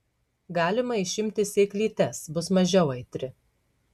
galima išimti sėklytes bus mažiau aitri